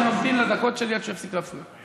אני ממתין לדקות שלי עד שהוא יפסיק להפריע.